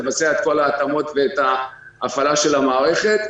לבצע את כל ההתאמות ואת ההפעלה של המערכת.